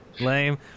lame